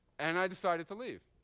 and i decided to leave.